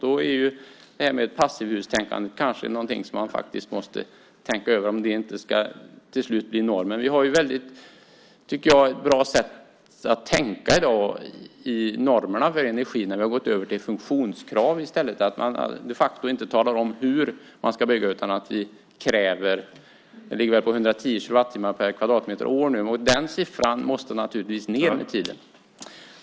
Då är det här med passivhusnivån kanske någonting som man faktiskt måste tänka över, om inte det till slut ska bli normen. Jag tycker att vi har ett väldigt bra sätt att tänka i dag när det gäller normerna för energi. Vi har gått över till funktionskrav i stället. Vi talar de facto inte om hur man ska bygga, utan vi kräver att det ska vara 110 kilowattimmar per kvadratmeter och år - det ligger väl på det nu. Den siffran måste naturligtvis ned med tiden.